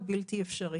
זה בלתי אפשרי.